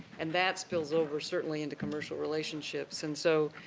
and, that spills over certainly into commercial relationships, and so,